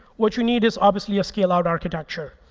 what you need is, obviously, a scale-out architecture,